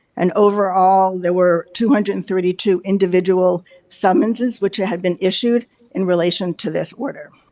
and overall there were two hundred and thirty two individual summonses which had been issued in relation to this order.